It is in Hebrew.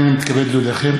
הנני מתכבד להודיעכם,